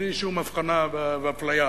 בלי שום הבחנה ואפליה.